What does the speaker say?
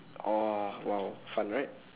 oh !wow! fun right